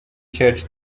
cyacu